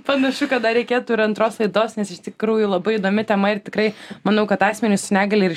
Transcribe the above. panašu kad dar reikėtų ir antros laidos nes iš tikrųjų labai įdomi tema ir tikrai manau kad asmenys su negalia ir